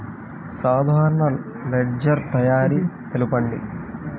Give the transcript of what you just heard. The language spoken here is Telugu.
సాధారణ లెడ్జెర్ తయారి తెలుపండి?